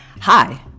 Hi